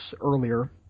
earlier